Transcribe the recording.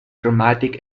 dramatic